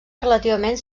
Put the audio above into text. relativament